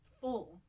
full